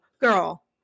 girl